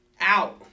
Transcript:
out